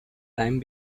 time